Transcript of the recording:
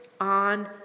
on